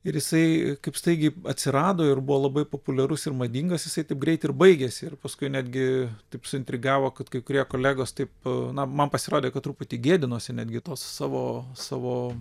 ir jisai kaip staigiai atsirado ir buvo labai populiarus ir madingas jisai taip greit ir baigėsi ir paskui netgi taip suintrigavo kad kai kurie kolegos taip na man pasirodė kad truputį gėdinosi netgi tos savo savo